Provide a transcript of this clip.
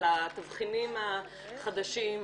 על התבחינים החדשים,